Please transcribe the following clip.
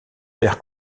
père